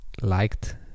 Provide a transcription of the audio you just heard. liked